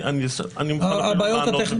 אני מוכן לענות באופן פרטי.